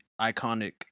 iconic